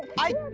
i